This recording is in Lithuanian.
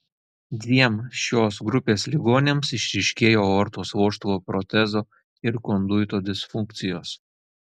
dviem šios grupės ligoniams išryškėjo aortos vožtuvo protezo ir konduito disfunkcijos